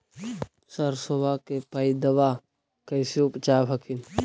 सरसोबा के पायदबा कैसे उपजाब हखिन?